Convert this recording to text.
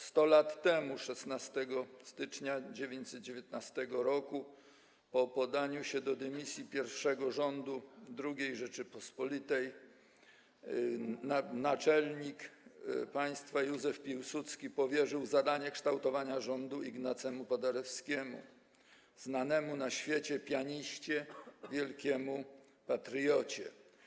100 lat temu 16 stycznia 1919 r. po podaniu się do dymisji pierwszego rządu II Rzeczypospolitej naczelnik państwa Józef Piłsudski powierzył zadanie kształtowania rządu Ignacemu Paderewskiemu, znanemu na świecie pianiście, wielkiemu patriocie.